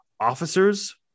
officers